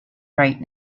right